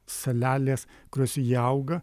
salelės kuriose jie auga